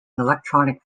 electronic